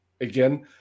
again